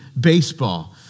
Baseball